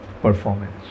performance